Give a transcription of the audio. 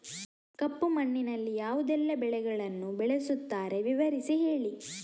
ಕಪ್ಪು ಮಣ್ಣಿನಲ್ಲಿ ಯಾವುದೆಲ್ಲ ಬೆಳೆಗಳನ್ನು ಬೆಳೆಸುತ್ತಾರೆ ವಿವರಿಸಿ ಹೇಳಿ